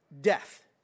death